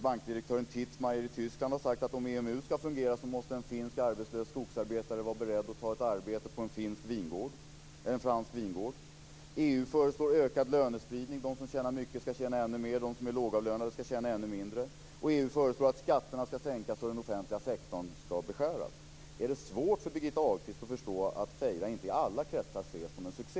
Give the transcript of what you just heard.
Bankdirektören Tietmeyer i Tyskland har sagt att om EMU ska fungera måste en finsk arbetslös skogsarbetare vara beredd att ta ett arbete på en fransk vingård. EU föreslår ökad lönespridning. De som tjänar mycket ska tjäna ännu mer, de som är lågavlönade ska tjäna ännu mindre. EU föreslår också att skatterna ska sänkas och den offentliga sektorn beskäras. Är det svårt för Birgitta Ahlqvist att förstå att Feira inte i alla kretsar ses som en succé?